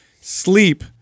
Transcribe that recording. Sleep